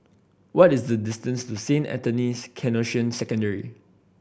what is the distance to Saint Anthony's Canossian Secondary